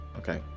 Okay